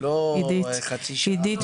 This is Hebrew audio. לא חצי שעה.